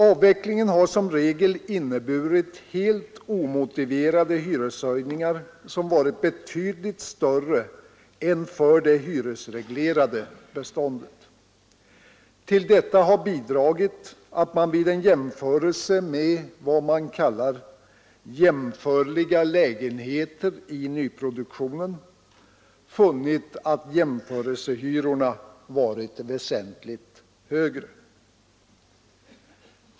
Avvecklingen har som regel inneburit helt omotiverade hyreshöjningar, som varit betydligt större än för det hyresreglerade beståndet. Till detta har bidragit att man vid en jämförelse med vad man kallar jämförliga lägenheter i nyproduktionen funnit att hyrorna där varit väsentligt högre.